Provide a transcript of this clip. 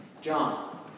John